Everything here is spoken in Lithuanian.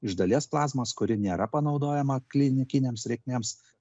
iš dalies plazmos kuri nėra panaudojama klinikinėms reikmėms